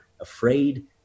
afraid